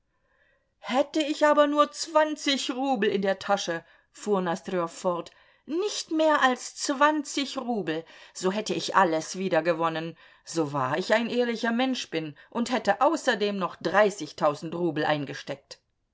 hätte ich aber nur zwanzig rubel in der tasche fuhr nosdrjow fort nicht mehr als zwanzig rubel so hätte ich alles wieder gewonnen so wahr ich ein ehrlicher mensch bin und hätte außerdem noch dreißigtausend rubel eingesteckt